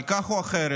אבל כך או אחרת,